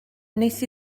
wnes